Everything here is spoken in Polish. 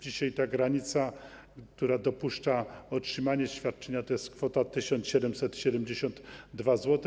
Dzisiaj granica, która dopuszcza otrzymanie świadczenia, to jest kwota 1772 zł.